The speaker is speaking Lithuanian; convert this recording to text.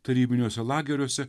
tarybiniuose lageriuose